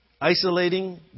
isolating